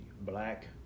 black